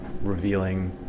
revealing